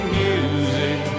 music